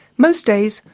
most days,